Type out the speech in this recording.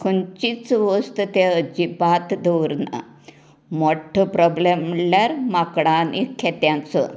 खंयचीच वस्त ते अज्जिबात दवरना मोठ्ठो प्रोब्लेम म्हणल्यार माकडां आनी खेत्यांचो